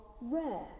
rare